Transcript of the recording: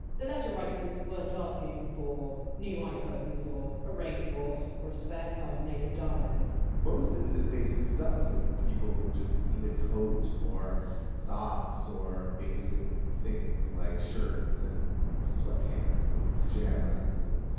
the letter-writers weren! t asking for new iphones, or a racehorse or a spare car made of diamonds most of it is basic stuff, like people who just need a coat or socks or basic things like shirts and sweatpants and pajamas. and